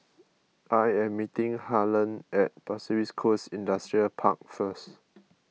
I am meeting Harlon at Pasir Ris Coast Industrial Park first